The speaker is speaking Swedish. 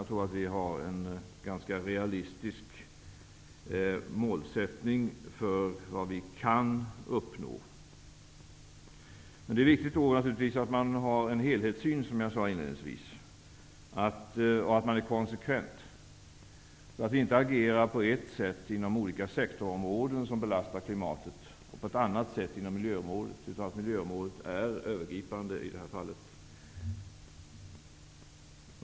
Jag tror att vi har en ganska realistisk målsättning för vad vi kan uppnå. Som jag sade inledningsvis är det naturligtvis viktigt att man har en helhetssyn och att man är konsekvent, så att man inte agerar på ett sätt inom olika sektorområden som belastar klimatet och på ett annat sätt inom miljöområdet. Miljöområdet är övergripande i det här fallet.